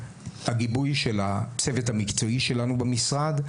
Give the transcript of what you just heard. הגיבוי של הצוות המקצועי שלנו במשרד.